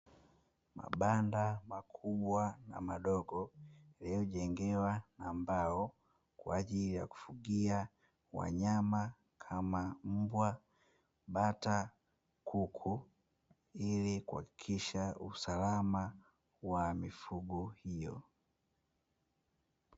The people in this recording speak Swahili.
Mabanda makubwa na madogo lililojengewa na mbao, kwa ajili ya kufugia wanyama kama: mbwa, bata, kuku, ili kuhakikisha usalama wa mifugo hiyo.